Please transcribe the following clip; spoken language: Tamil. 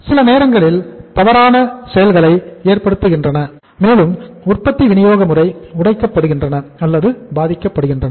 சில நேரங்களில் சில தவறான செயல்கள் ஏற்படுகின்றன மேலும் உற்பத்தி விநியோக முறை உடைக்கப்படுகின்றன அல்லது பாதிக்கப்படுகின்றன